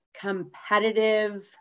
competitive